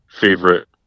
favorite